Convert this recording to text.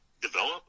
develop